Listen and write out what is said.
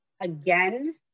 again